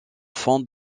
fontes